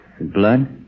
blood